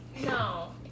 No